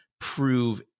prove